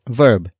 verb